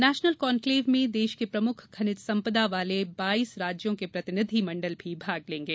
national conclave में देश के प्रमुख खनिज सम्पदा वाले बाईस राज्यों के प्रतिनिधि मण्डल भी भाग लेंगे